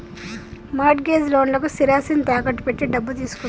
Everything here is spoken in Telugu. మార్ట్ గేజ్ లోన్లకు స్థిరాస్తిని తాకట్టు పెట్టి డబ్బు తీసుకుంటారు